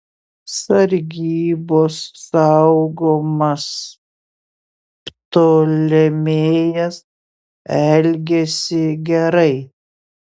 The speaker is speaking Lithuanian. sargybos saugomas ptolemėjas elgėsi gerai